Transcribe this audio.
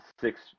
six